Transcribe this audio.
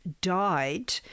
died